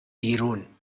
بیرون